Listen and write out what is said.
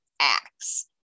acts